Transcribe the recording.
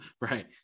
Right